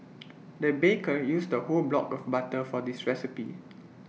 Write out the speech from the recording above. the baker used A whole block of butter for this recipe